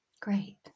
Great